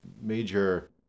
major